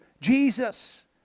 Jesus